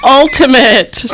ultimate